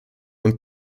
und